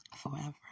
forever